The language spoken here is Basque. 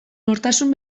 nortasun